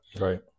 right